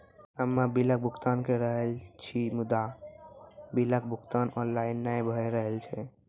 हम्मे बिलक भुगतान के रहल छी मुदा, बिलक भुगतान ऑनलाइन नै भऽ रहल छै?